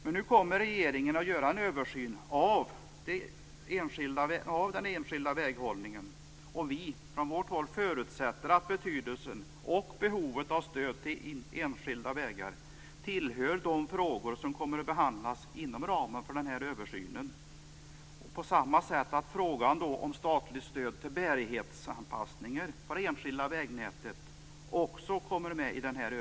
Regeringen kommer nu att göra en översyn av den enskilda väghållningen, och vi förutsätter från vårt håll att behovet av stöd till enskilda vägar tillhör de frågor som kommer att behandlas i denna översyn. Detsamma gäller frågan om statligt stöd till bärighetssatsningar på det enskilda vägnätet.